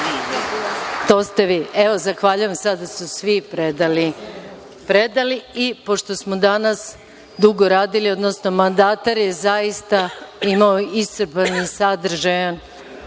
nemojte pre mene. Zahvaljujem, sada su svi predali i pošto smo danas dugo radili, odnosno mandatar je zaista imao iscrpan i sadržajan